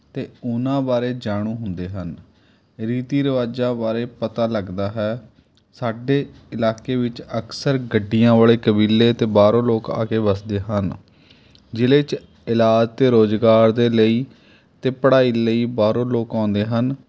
ਅਤੇ ਉਹਨਾਂ ਬਾਰੇ ਜਾਣੂ ਹੁੰਦੇ ਹਨ ਰੀਤੀ ਰਿਵਾਜਾਂ ਬਾਰੇ ਪਤਾ ਲੱਗਦਾ ਹੈ ਸਾਡੇ ਇਲਾਕੇ ਵਿੱਚ ਅਕਸਰ ਗੱਡੀਆਂ ਵਾਲੇ ਕਬੀਲੇ ਅਤੇ ਬਾਹਰੋਂ ਲੋਕ ਆ ਕੇ ਵੱਸਦੇ ਹਨ ਜ਼ਿਲ੍ਹੇ 'ਚ ਇਲਾਜ ਅਤੇ ਰੋਜ਼ਗਾਰ ਦੇ ਲਈ ਅਤੇ ਪੜਾਈ ਲਈ ਬਾਹਰੋਂ ਲੋਕ ਆਉਂਦੇ ਹਨ